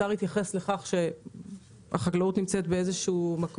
השר התייחס לכך שהחקלאות נמצאת במקום